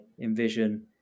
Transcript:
envision